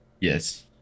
yes